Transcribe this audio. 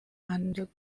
and